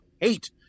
hate